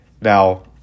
now